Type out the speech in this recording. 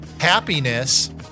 Happiness